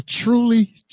truly